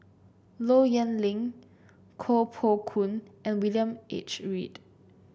Low Yen Ling Koh Poh Koon and William H Read